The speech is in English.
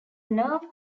nerve